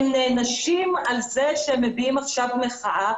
הם נענשים על כך שהם מביעים עכשיו מחאה